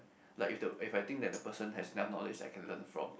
like if the if I think that the person has enough knowledge I can learn from